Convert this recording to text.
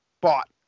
bought